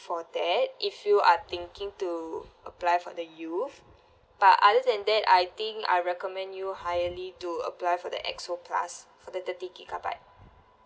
for that if you are thinking to apply for the youth but other than that I think I recommend you highly to apply for the X_O plus for the thirty gigabyte